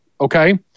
okay